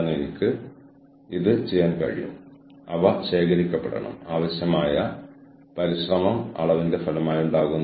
അല്ലെങ്കിൽ ഈ വ്യക്തി പറയുന്നു നിങ്ങൾ എന്ത് ചെയ്യാനാഗ്രഹിക്കുന്നുവോ അത് രാവിലെ 8 മുതൽ വൈകിട്ട് 6 വരെയുള്ള പരിധിക്കുള്ളിൽ ചെയ്യുക അതിന് അപ്പുറത്തേക്കല്ല